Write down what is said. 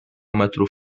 metrów